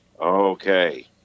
Okay